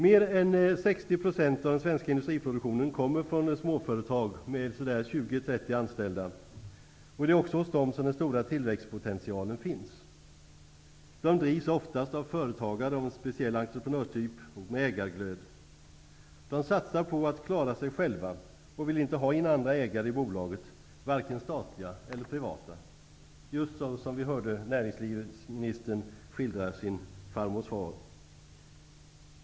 Mer än 60 % av den svenska industriproduktionen kommer från småföretag med ca 20--30 anställda, och det är också hos småföretagen som den stora tillväxtpotentialen finns. Företagen drivs oftast av företagare av en speciell entreprenörtyp med ägarglöd. De satsar på att klara sig själva och vill inte ha in andra ägare i bolagen, vare sig statliga eller privata -- precis som näringsminisiterns farmors far, som han nyss skildrade.